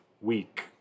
week